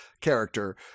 character